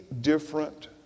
different